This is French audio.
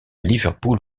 liverpool